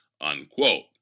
unquote